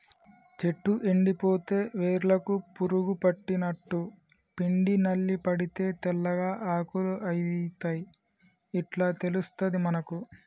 చెట్టు ఎండిపోతే వేర్లకు పురుగు పట్టినట్టు, పిండి నల్లి పడితే తెల్లగా ఆకులు అయితయ్ ఇట్లా తెలుస్తది మనకు